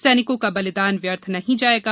सैनिकों का बलिदान व्यर्थ नहीं जाएगा